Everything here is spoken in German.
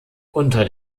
unter